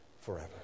forever